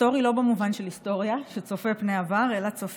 היסטורי לא במובן של היסטוריה, צופה פני עבר,